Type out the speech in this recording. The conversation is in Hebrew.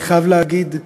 אני חייב להגיד,